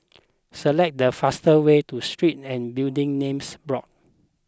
select the faster way to Street and Building Names Board